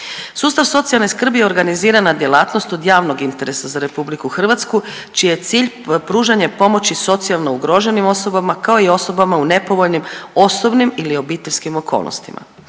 Sustav socijalne skrbi je organizirana djelatnost od javnog interesa za RH čiji je cilj pružanje pomoći socijalno ugroženim osobama kao i osobama u nepovoljnim osobnim ili obiteljskim okolnostima.